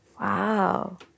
Wow